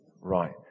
Right